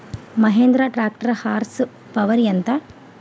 Mahindra tractor horse power ఎంత?